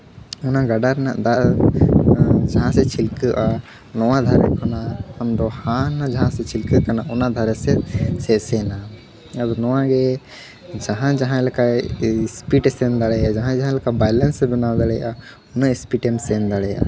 ᱚᱱᱟ ᱜᱟᱰᱟ ᱨᱮᱱᱟᱜ ᱫᱟᱜ ᱫᱚ ᱡᱟᱦᱟᱸ ᱥᱮᱡ ᱪᱷᱤᱞᱠᱟᱹᱣᱜᱼᱟ ᱱᱚᱣᱟ ᱫᱷᱟᱨᱮ ᱠᱷᱚᱱᱟᱜ ᱩᱱᱫᱚ ᱦᱟᱱᱱᱟ ᱡᱟᱦᱟᱸ ᱥᱮᱡ ᱪᱷᱤᱞᱠᱟᱹᱣᱜ ᱠᱟᱱᱟ ᱚᱱᱟ ᱰᱷᱟᱨᱮ ᱥᱮᱡ ᱥᱮᱥᱮᱱᱟ ᱟᱫᱚ ᱱᱚᱣᱟ ᱜᱮ ᱡᱟᱦᱟᱸᱭ ᱡᱟᱦᱟᱸ ᱞᱮᱠᱟᱭ ᱤᱥᱯᱤᱰᱮ ᱥᱮᱱ ᱫᱟᱲᱮᱭᱟᱜᱼᱟ ᱡᱟᱦᱟᱸᱭ ᱡᱟᱦᱟᱸ ᱞᱮᱠᱟ ᱵᱟᱭᱞᱮᱱᱥ ᱮ ᱵᱮᱱᱟᱣ ᱫᱟᱲᱮᱭᱟᱜᱼᱟ ᱩᱱᱟᱹᱜ ᱤᱥᱯᱤᱰᱮᱢ ᱥᱮᱱ ᱫᱟᱲᱮᱭᱟᱜᱼᱟ